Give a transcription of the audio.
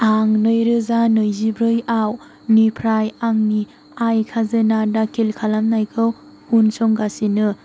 आं नैरोजा नैजिब्रैनिफ्राय आंनि आय खाजोना दाखिल खालामनायखौ उनसंगासिनो